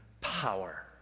power